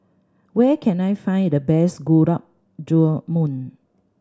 where can I find the best Gulab Jamun